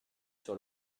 sur